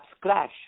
crash